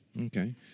okay